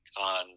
on